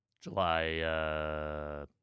July